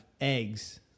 eggs